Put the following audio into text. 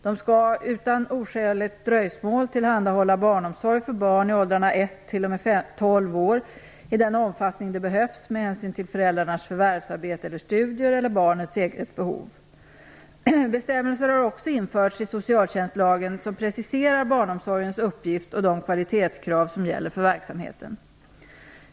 De skall utan oskäligt dröjsmål tillhandahålla barnomsorg för barn i åldrarna 1 till och med 12 år, i den omfattning det behövs med hänsyn till föräldrarnas förvärvsarbete eller studier eller barnets eget behov. Bestämmelser har också införts i socialtjänstlagen som preciserar barnomsorgens uppgift och de kvalitetskrav som gäller för verksamheten.